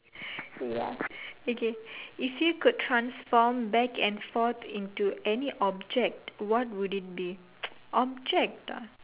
ya okay if you could transform back and forth into any object what would it be object ah